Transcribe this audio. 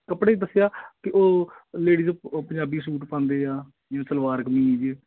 ਕੱਪੜੇ ਦੱਸਿਆ ਕਿ ਉਹ ਲੇਡੀਜ਼ ਪੰਜਾਬੀ ਸੂਟ ਪਾਉਂਦੇ ਆ ਜਿਵੇਂ ਸਲਵਾਰ ਕਮੀਜ਼